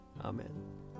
Amen